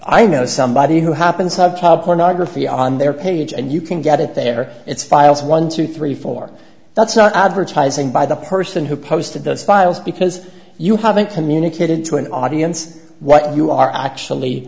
i know somebody who happens to have pornography on their page and you can get it there it's files one two three four that's not advertising by the person who posted those files because you haven't communicated to an audience what you are actually